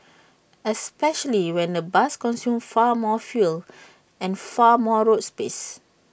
especially when A bus consumes far more fuel and far more road space